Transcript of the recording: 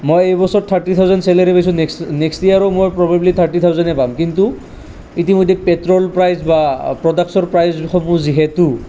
মই এই বছৰ থাৰ্টি থাউজেণ্ড চেলেৰি পাইছোঁ নেক্সট নেক্সট ইয়েৰো মই প্ৰবেব্লি থাৰ্টি থাউজেণ্ডেই পাম কিন্তু ইতিমধ্যে পেট্ৰল প্ৰাইজ বা প্ৰ'ডাক্টচৰ প্ৰাইজসমূহ যিহেতু